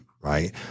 right